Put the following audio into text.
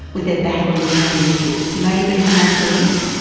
with their battle and carrier ships, may become obsolete?